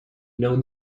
known